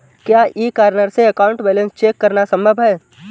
क्या e corner से account balance check करना संभव है?